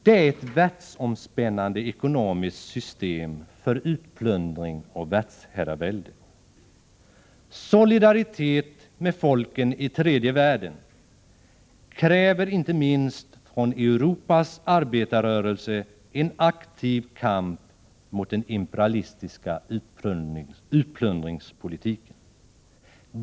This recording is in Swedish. Det är ett världsomspännande ekonomiskt system för utplundring och världsherravälde. Solidaritet med folken i tredje världen kräver inte minst från Europas arbetarrörelse en aktiv kamp mot den imperialistiska utplundringspolitiken.